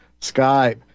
Skype